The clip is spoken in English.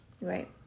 Right